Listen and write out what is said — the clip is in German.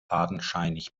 fadenscheinig